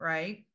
Right